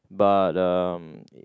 but uh